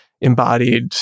embodied